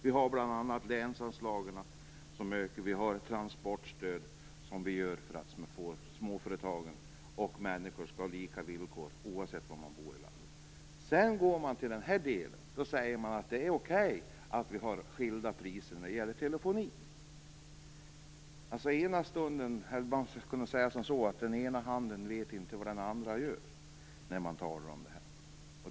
Vi har bl.a. länsanslagen och transportstöd för att ge småföretagen och människorna lika villkor oavsett var man bor i landet. Nu säger man att det är okej att ha skilda priser när det gäller telefoni. Man skulle kunna säga som så att den ena handen inte vet vad den andra gör.